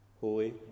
Holy